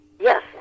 Yes